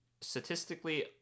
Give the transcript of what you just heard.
statistically